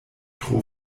tro